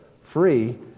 free